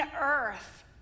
earth